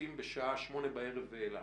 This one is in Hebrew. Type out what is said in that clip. מתבצעים מהשעה 8 בערב ואילך.